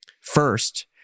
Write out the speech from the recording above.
First